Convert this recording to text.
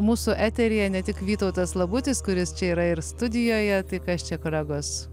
mūsų eteryje ne tik vytautas labutis kuris čia yra ir studijoje tai kas čia kolegos